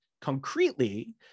concretely